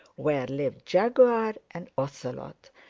where live jaguar and ocelot,